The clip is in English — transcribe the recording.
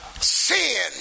sin